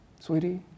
Sweetie